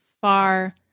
far